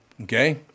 okay